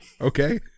Okay